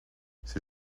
ces